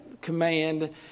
command